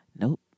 Nope